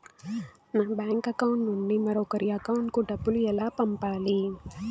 నా bank account నుండి మరొకరి అకౌంట్ కు డబ్బులు ఎలా పంపాలి